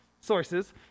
sources